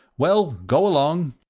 well, go along.